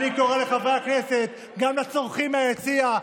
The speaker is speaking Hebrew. גם לצורחים מהיציע,